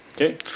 okay